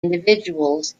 individuals